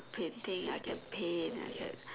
painting I can paint I can